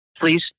please